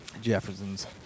Jefferson's